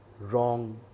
wrong